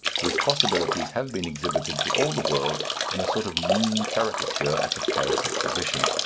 whose possibilities have been exhibited to all the world in a sort of mean caricature at the paris exhibition.